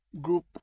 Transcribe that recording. group